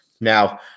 Now